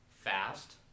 Fast